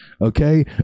okay